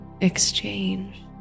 exchange